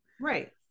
Right